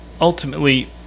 ultimately